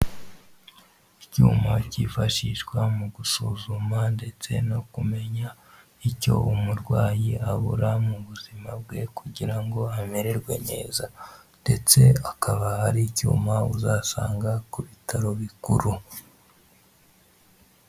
Icyuma cyifashishwa mu gusuzuma ndetse no kumenya icyo umurwayi abura mu buzima bwe, kugira ngo amererwe neza, ndetse akaba ari icyuma uzasanga ku bitaro bikuru.